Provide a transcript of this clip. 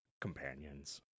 companions